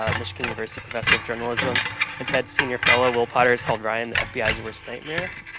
ah michigan university professor of journalism and ted senior fellow, will potter, has called ryan the fbi's worst nightmare.